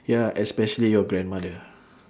ya especially your grandmother